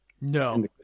no